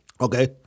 okay